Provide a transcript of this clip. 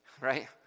Right